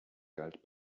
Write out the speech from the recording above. galt